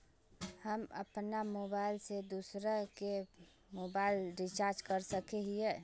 हम अपन मोबाईल से दूसरा के मोबाईल रिचार्ज कर सके हिये?